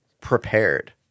prepared